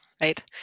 right